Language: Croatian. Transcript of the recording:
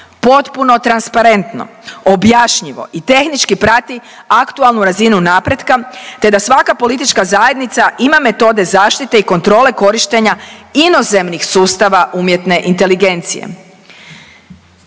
potpuno transparentno, objašnjivo i tehnički prati aktualnu razinu napretka, te da svaka politička zajednica ima metode zaštite i kontrole korištenja inozemnih sustava umjetne inteligencije.